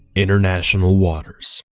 international waters.